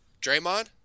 Draymond